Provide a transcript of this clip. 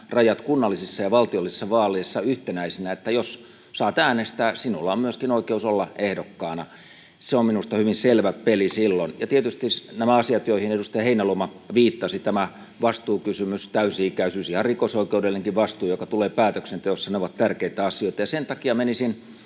rajat kunnallisissa ja valtiollisissa vaaleissa yhtenäisinä: jos saat äänestää, sinulla on myöskin oikeus olla ehdokkaana. Se on minusta hyvin selvä peli silloin. Tietysti nämä asiat, joihin edustaja Heinäluoma viittasi, vastuukysymys, täysi-ikäisyys ja ihan rikosoikeudellinenkin vastuu, joka tulee päätöksenteossa, ovat tärkeitä asioita. Sen takia menisin